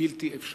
בלי אפשרית.